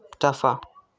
चाफा